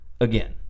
again